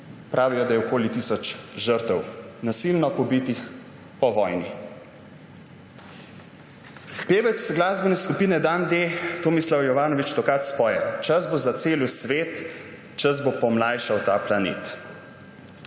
Pravijo, da je okoli tisoč žrtev, nasilno pobitih po vojni. Pevec glasbene skupine Dan D Tomislav Jovanović - Tokac poje: »Čas bo zacelil svet, čas bo pomlajšal ta planet.«